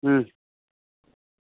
अं